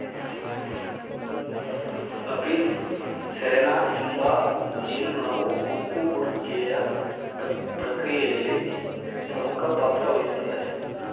Apis cerana ಎಂಬ ಜೇನುನೊಣವು ಗುಂಪು ಗೂಡುವಿಕೆಯ ಪ್ರಕ್ರಿಯೆಯಲ್ಲಿ ಪ್ರಮುಖ ಪಾತ್ರವಹಿಸ್ತದೆ